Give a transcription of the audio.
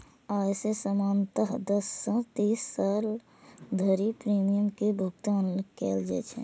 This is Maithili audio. अय मे सामान्यतः दस सं तीस साल धरि प्रीमियम के भुगतान कैल जाइ छै